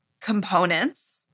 components